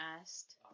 asked –